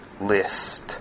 list